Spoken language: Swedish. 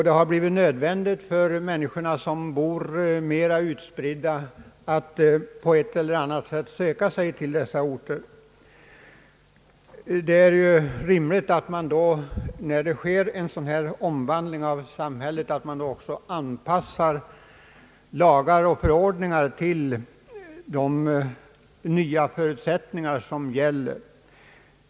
Det har blivit nödvändigt för människor som bor mer utspridda i glesbygder att på ett eller annat sätt söka sig till dessa orter. När det sker en sådan omvandling av samhället är det rimligt att man också anpassar lagar och förordningar till de nya förutsättningar som gäller.